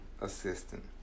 assistant